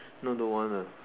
no don't want ah